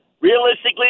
Realistically